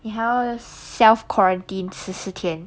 你还要 self quarantine 十四天